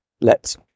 lets